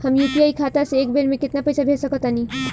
हम यू.पी.आई खाता से एक बेर म केतना पइसा भेज सकऽ तानि?